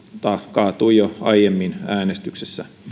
kaatui jo aiemmin äänestyksessä